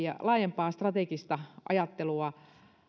ja laajempaan strategiseen ajatteluun